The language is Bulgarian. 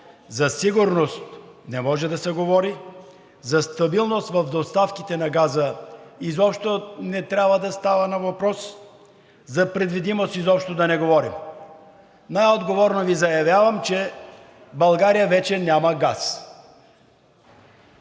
на газ не може да се говори, за стабилност в доставките на газа изобщо не трябва да става въпрос, за предвидимост изобщо да не говорим. Най-отговорно Ви заявявам, че България вече няма газ.